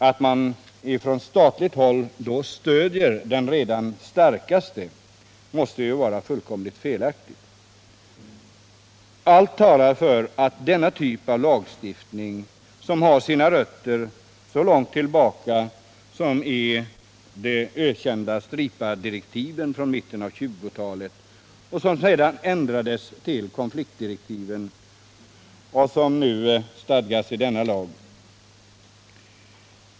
Att staten då stöder den redan starkaste måste vara fullkomligt felaktigt. Denna typ av lagstiftning har sina rötter så långt tillbaka som i de ökända Stripadirektiven från mitten av 1920-talet, vilka sedan ändrades till de s.k. konfliktdirektiven.